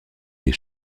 des